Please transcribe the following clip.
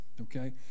okay